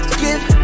give